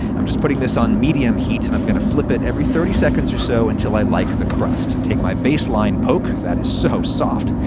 i'm just putting this on medium heat, and i'm gonna flip it every thirty second or so until i like the crust. take my baseline poke. that is so soft.